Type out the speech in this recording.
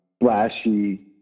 flashy